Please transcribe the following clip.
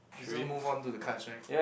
so move on to the cards right